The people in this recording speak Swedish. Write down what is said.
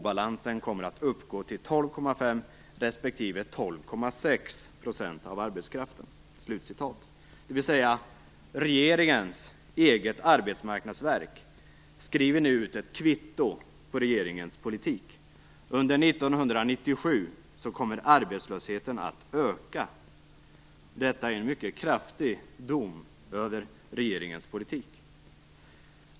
Obalansen kommer att uppgå till 12,5 respektive 12,6 procent av arbetskraften." Detta betyder: Regeringens eget arbetsmarknadsverk skriver nu ut ett kvitto på regeringens politik. Under 1997 kommer arbetslösheten att öka. Detta är en mycket kraftig dom över regeringens politik.